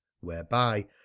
whereby